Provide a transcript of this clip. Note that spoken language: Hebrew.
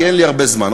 כי אין לי הרבה זמן,